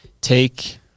take